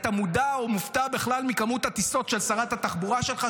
אתה מודע או מופתע בכלל מכמות הטיסות של שרת התחבורה שלך,